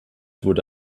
wurde